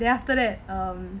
then after that um